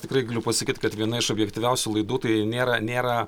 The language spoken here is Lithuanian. tikrai galiu pasakyt kad viena iš objektyviausių laidų tai nėra nėra